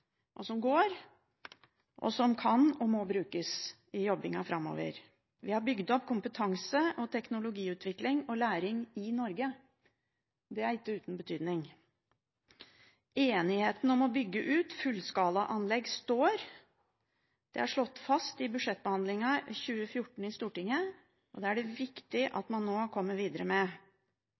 står, som går, og som kan og må brukes i jobbingen framover. Vi har bygd opp kompetanse, teknologiutvikling og læring i Norge. Det er ikke uten betydning. Enigheten om å bygge ut fullskalaanlegg står – det er slått fast i budsjettbehandlingen for 2014 i Stortinget – og det er det viktig at man nå kommer videre med.